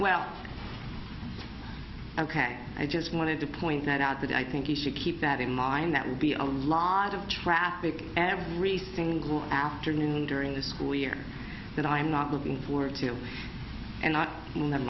well ok i just wanted to point that out that i think you should keep that in mind that would be a lot of traffic every single afternoon during the school year that i'm not looking forward to and